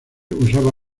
usaba